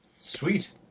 Sweet